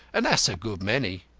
and that's a good many.